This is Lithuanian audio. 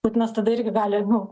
putinas tada irgi gali nu